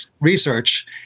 research